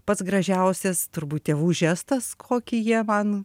pats gražiausias turbūt tėvų žestas kokį jie man